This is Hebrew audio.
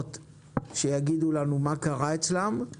החברות שיגידו לנו מה קרה אצלם.